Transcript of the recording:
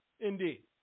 Indeed